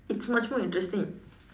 it's much more interesting